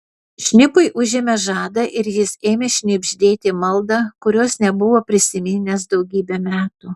šnipui užėmė žadą ir jis ėmė šnibždėti maldą kurios nebuvo prisiminęs daugybę metų